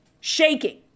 shaking